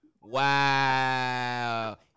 Wow